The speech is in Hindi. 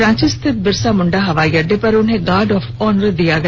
रांची स्थित बिरसा मुंडा हवाई अड्डे पर उन्हें गार्ड ऑफ ऑनर दिया गया